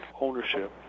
ownership